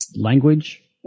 language